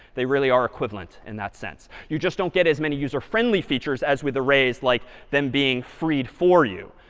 they really are equivalent in that sense. you just don't get as many user friendly features as with arrays, like them being freed for you,